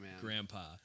grandpa